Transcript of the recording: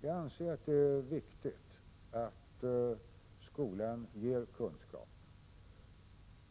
Jag anser att det är viktigt att skolan ger kunskap,